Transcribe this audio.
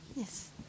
Yes